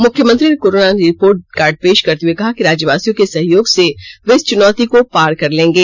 मुख्यमंत्री ने corona report card पेश करते हुए कहा कि राज्यवासियों को सहयोग से वे इस चुनौती को पार कर लेंगे